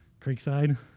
Creekside